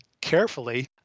carefully